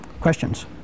questions